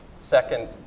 Second